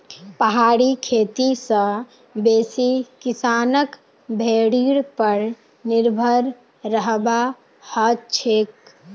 पहाड़ी खेती स बेसी किसानक भेड़ीर पर निर्भर रहबा हछेक